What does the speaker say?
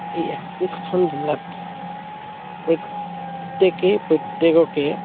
এই একত্ৰিছখন জিলাত প্ৰত্য়েকেই প্ৰত্য়েককে